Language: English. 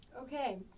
Okay